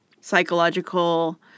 psychological